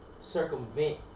circumvent